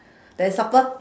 then supper